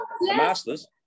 master's